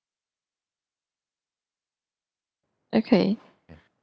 okay